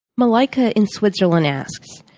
malika in switzerland asks,